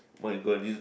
my god this